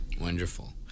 wonderful